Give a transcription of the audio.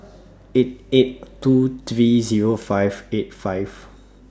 eight eight two three Zero five eight five